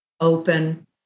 open